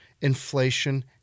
inflation